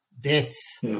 deaths